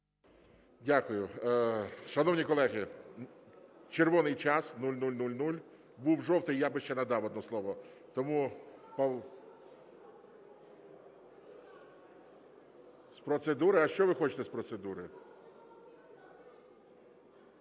Дякую. Шановні колеги, "червоний час" 00:00, був "жовтий", я би ще надав одне слово. Тому… З процедури? А що ви хочете з процедури?